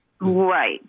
Right